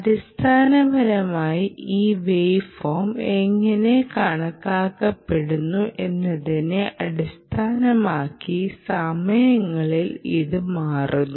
അടിസ്ഥാനപരമായി ഈ wave form എങ്ങനെ കാണപ്പെടുന്നു എന്നതിനെ അടിസ്ഥാനമാക്കി സമയങ്ങളിൽ ഇത് മാറുന്നു